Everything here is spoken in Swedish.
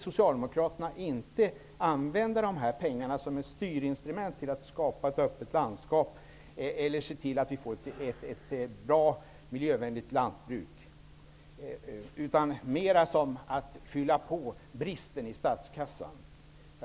Socialdemokraterna vill alltså inte använda dessa pengar som ett styrinstrument för att skapa ett öppet landskap och ett bra miljövänligt lantbruk, utan mera för att hjälpa upp brister i statskassan.